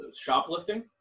shoplifting